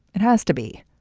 it has to be.